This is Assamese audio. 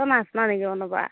তই নাজান' নেকি বনাব